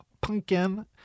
Pumpkin